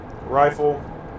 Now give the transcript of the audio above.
rifle